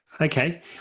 Okay